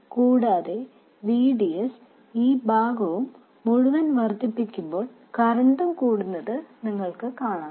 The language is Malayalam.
കൂടാതെ VDS ഈ മുഴുവൻ ഭാഗവും വർദ്ധിപ്പിക്കുമ്പോൾ കറൻറും കൂടുന്നത് നിങ്ങൾക്ക് കാണാം